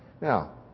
now